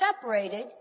separated